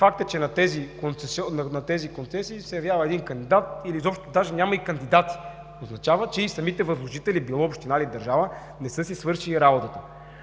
факт е, че на тези концесии се явява един кандидат или изобщо даже няма кандидат, означава, че и самите възложители, било общинари или държава, не са си свършили работата.